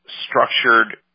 structured